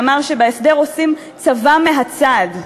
שאמר שבהסדר עושים "צבא מהצד".